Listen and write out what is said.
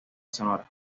sonora